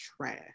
trash